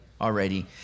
already